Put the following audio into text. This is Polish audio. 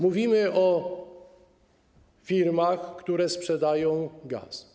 Mówimy o firmach, które sprzedają gaz.